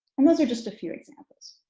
and those are just a few examples.